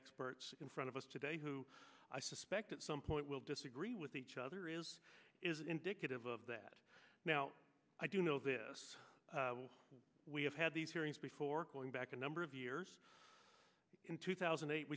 experts in front of us today who i suspect at some point will disagree with each other is is indicative of that now i do know this we have had these hearings before going back a number of years in two thousand and eight